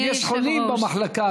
יש חולים במחלקה.